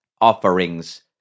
offerings